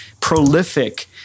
prolific